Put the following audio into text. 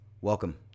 Welcome